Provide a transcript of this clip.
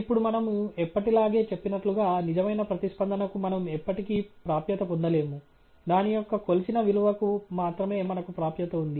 ఇప్పుడు మనము ఎప్పటిలాగే చెప్పినట్లుగా నిజమైన ప్రతిస్పందనకు మనము ఎప్పటికీ ప్రాప్యత పొందలేము దాని యొక్క కొలిచిన విలువకు మాత్రమే మనకు ప్రాప్యత ఉంది